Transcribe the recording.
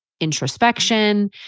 introspection